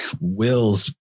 wills